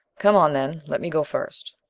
come on, then. let me go first.